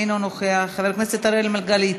אינו נוכח, חבר הכנסת אראל מרגלית,